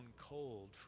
cold